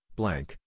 blank